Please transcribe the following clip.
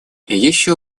еще